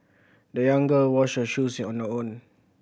the young girl washed her shoes on her own